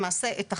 למעשה את החריגות,